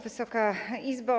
Wysoka Izbo!